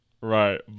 right